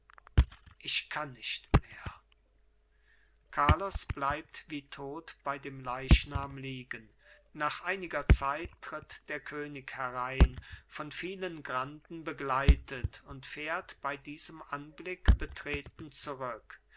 ich kann nicht mehr carlos bleibt wie tot bei dem leichnam liegen nach einiger zeit tritt der könig herein von vielen granden begleitet und fährt bei diesem anblick betreten zurück